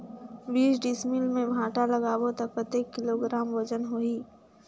बीस डिसमिल मे भांटा लगाबो ता कतेक किलोग्राम वजन होही?